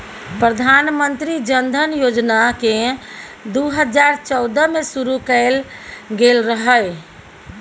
प्रधानमंत्री जनधन योजना केँ दु हजार चौदह मे शुरु कएल गेल रहय